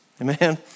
Amen